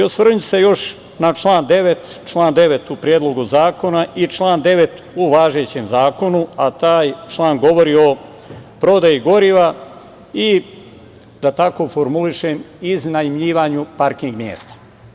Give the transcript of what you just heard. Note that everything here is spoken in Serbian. Osvrnuću se još na član 9. u Predlogu zakona i član 9. u važećem zakonu, a taj član govori o prodaji goriva i, da tako formulišem, iznajmljivanju parking mesta.